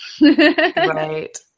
Right